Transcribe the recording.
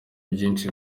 byinshi